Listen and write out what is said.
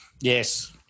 Yes